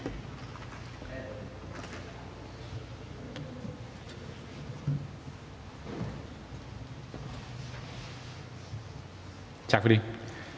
tak, fordi